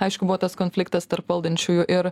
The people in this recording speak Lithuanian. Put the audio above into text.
aišku buvo tas konfliktas tarp valdančiųjų ir